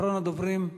אחרון הדוברים,